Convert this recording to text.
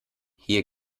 hier